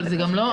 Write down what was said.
אבל זה גם לא,